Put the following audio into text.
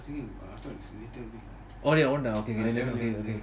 or I want okay okay okay